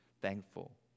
thankful